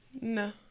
No